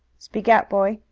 speak out, boy!